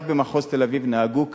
רק במחוז תל-אביב נהגו כך,